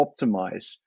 optimize